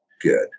good